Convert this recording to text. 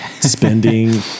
spending